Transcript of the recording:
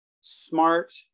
smart